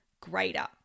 greater